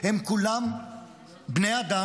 הם כולם בני אדם,